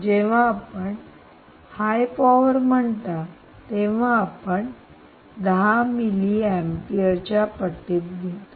जेव्हा आपण high power म्हणता तेव्हा आपण 10 मिलिअम्पियरच्या पटीत घेतो